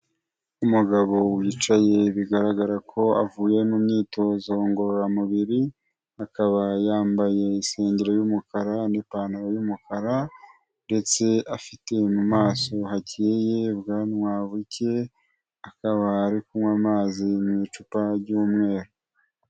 Umugabo wicaye bigaragara ko avuye mu myitozo ngororamubiri, akaba yambaye isengero y'umukara n'ipantaro y'umukara ndetse afite mu maso hakeye, ubwanwa buke, akaba ari kunywa amazi mu icupa ry'umweru.